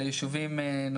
עוד החודש.